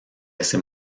ese